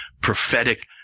prophetic